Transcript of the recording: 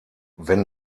wenn